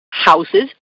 Houses